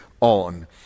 On